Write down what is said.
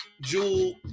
Jewel